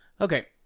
Okay